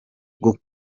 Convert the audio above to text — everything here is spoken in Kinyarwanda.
bwo